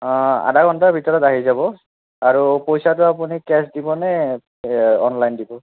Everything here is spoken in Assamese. অঁ আধা ঘণ্টাৰ ভিতৰত আহি যাব আৰু পইচাটো আপুনি কেছ দিব নে অনলাইন দিব